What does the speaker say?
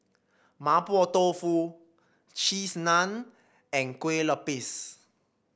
Mapo Tofu Cheese Naan and Kue Lupis